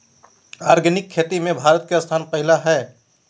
organic खेती में भारत के स्थान पहिला हइ